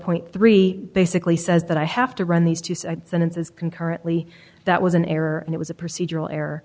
point three basically says that i have to run these two sentences concurrently that was an error and it was a procedural